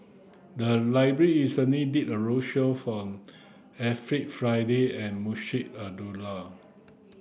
the library recently did a roadshow for Alfred Frisby and Munshi Abdullah